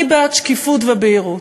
אני בעד שקיפות ובהירות,